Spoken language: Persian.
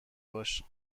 باش